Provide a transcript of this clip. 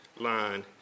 line